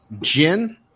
gin